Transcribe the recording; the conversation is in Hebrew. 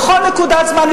בכל נקודת זמן,